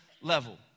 level